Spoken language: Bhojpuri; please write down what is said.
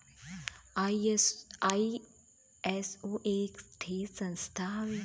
आई.एस.ओ एक ठे संस्था हउवे